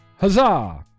Huzzah